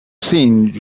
think